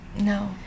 No